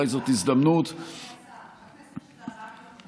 אולי זאת הזדמנות, רק להזכיר שזה 4 מיליון שקלים.